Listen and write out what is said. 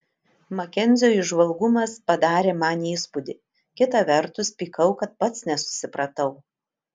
makenzio įžvalgumas padarė man įspūdį kita vertus pykau kad pats nesusipratau